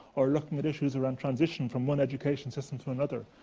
or looking at issues around transition from one education system to another,